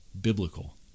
biblical